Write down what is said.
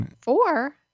Four